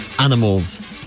Animals